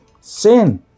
sin